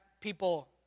people